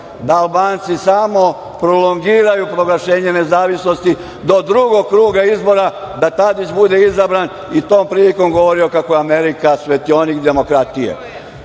da Albanci samo prolongiraju proglašenje nezavisnosti do drugog kruga izbora da Tadić bude izabran i tom prilikom govorio kako je Amerika svetionik demokratije?